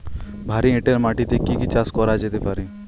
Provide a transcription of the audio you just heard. ভারী এঁটেল মাটিতে কি কি চাষ করা যেতে পারে?